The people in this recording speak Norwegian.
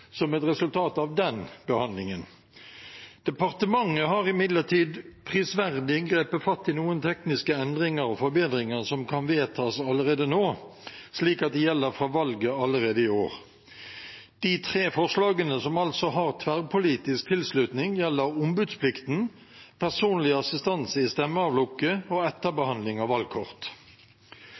som et resultat av den behandlingen. Departementet har imidlertid prisverdig grepet fatt i noen tekniske endringer og forbedringer som kan vedtas allerede nå, slik at de gjelder fra valget allerede i år. De tre forslagene som altså har tverrpolitisk tilslutning, gjelder ombudsplikten, personlig assistanse i stemmeavlukket og etterbehandling av valgkort.